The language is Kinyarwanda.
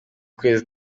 kwezi